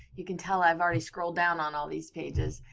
you can tell, i've already scrolled down on all these pages.